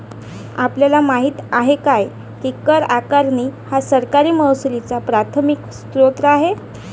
आपल्याला माहित आहे काय की कर आकारणी हा सरकारी महसुलाचा प्राथमिक स्त्रोत आहे